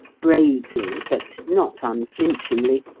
bravely but not unflinchingly.